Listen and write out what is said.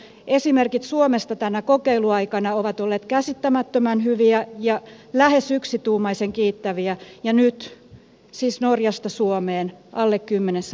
esimerkit suomesta tänä kokeiluaikana ovat olleet käsittämättömän hyviä ja lähes yksituumaisen kiittäviä ja nyt siis norjasta suomeen alle kymmenessä vuodessa